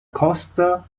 costa